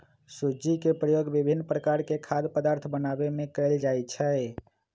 सूज्ज़ी के प्रयोग विभिन्न प्रकार के खाद्य पदार्थ बनाबे में कयल जाइ छै